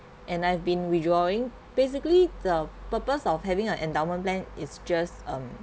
and I've been withdrawing basically the purpose of having a endowment plan is just um